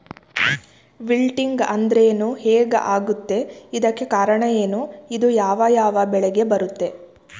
Wilting ಅಂದ್ರೇನು? ಹೆಗ್ ಆಗತ್ತೆ? ಇದಕ್ಕೆ ಕಾರಣ ಏನು? ಇದು ಯಾವ್ ಯಾವ್ ಬೆಳೆಗೆ ಬರುತ್ತೆ?